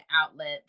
outlets